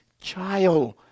child